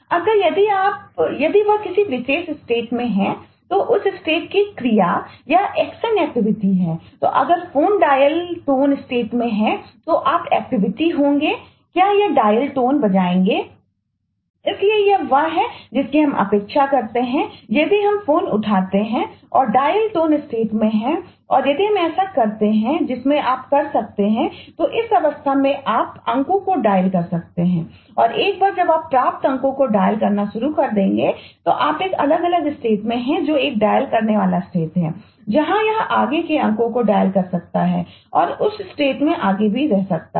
अतः यदि वह किसी विशेष स्टेट में आगे भी रह सकता है